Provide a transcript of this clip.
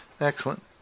excellent